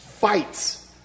fights